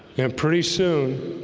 and pretty soon